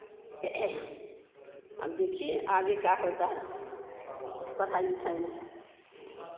अब देखिए आगे का होता है पढ़ाई लिखाई में